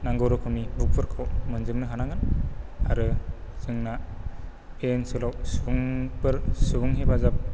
नांगौ रोखोमनि बुकफोरखौ मोनजोबनो हानांगोन आरो जोंना बे ओनसोलाव सुबुंफोर सुबुं हेफाजाब